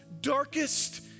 darkest